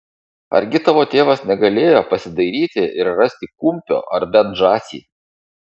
argi tavo tėvas negalėjo pasidairyti ir rasti kumpio ar bent žąsį